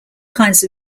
kinds